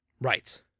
Right